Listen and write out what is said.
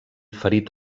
ferit